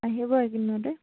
আহিব এই কেইদিনতে